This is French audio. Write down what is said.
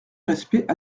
respect